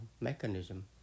mechanism